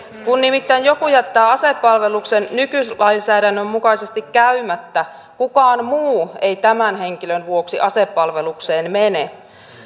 kun nimittäin joku jättää asepalveluksen nykylainsäädännön mukaisesti käymättä kukaan muu ei tämän henkilön vuoksi asepalvelukseen mene